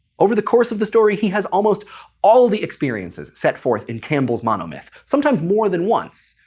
over the course of the story he has almost all the experiences set forth in campbell's monomyth, sometimes more than once.